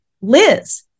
liz